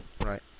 Right